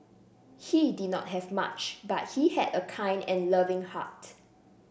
he did not have much but he had a kind and loving heart